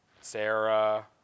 Sarah